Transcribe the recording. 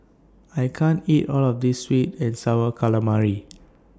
I can't eat All of This Sweet and Sour Calamari